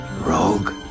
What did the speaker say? rogue